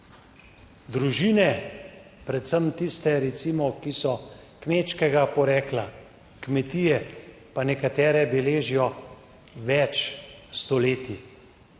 Družine, predvsem tiste recimo, ki so kmečkega porekla kmetije, pa nekatere, beležijo več 81.